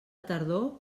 tardor